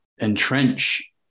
entrench